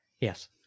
Yes